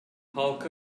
halka